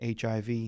HIV